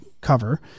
cover